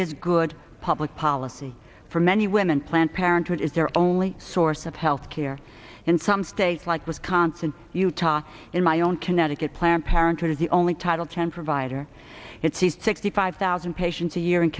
is good public policy for many women planned parenthood is their only source of health care and some states like wisconsin utah in my own connecticut planned parenthood are the only title ten provider it sees sixty five thousand patients a year in